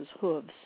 hooves